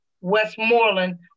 westmoreland